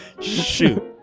Shoot